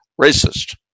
racist